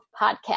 podcast